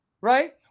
right